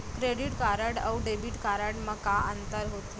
Credit card अऊ debit card मा का अंतर होथे?